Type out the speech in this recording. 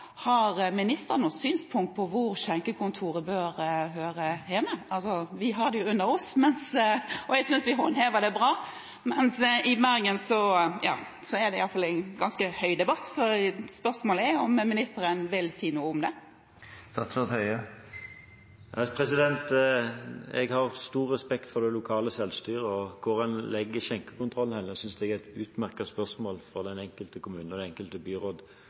og omsorgskomiteen, og jeg synes vi håndhever det bra, men i Bergen er det mye debatt. Spørsmålet er: Vil ministeren si noe om det? Jeg har stor respekt for det lokale selvstyret, og hvor en legger skjenkekontrollen, synes jeg er et utmerket spørsmål for den enkelte kommune og det enkelte byråd